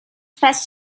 past